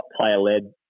player-led